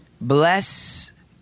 Bless